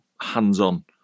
hands-on